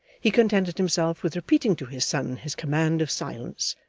he contented himself with repeating to his son his command of silence,